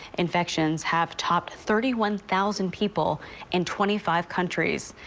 infections have topped thirty one thousand people in twenty five countries.